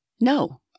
No